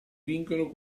vincono